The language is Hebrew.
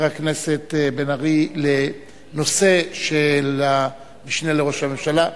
הכנסת בן-ארי לנושא של המשנה לראש הממשלה,